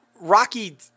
Rocky